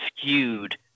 skewed